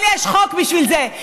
אבל יש חוק בשביל זה.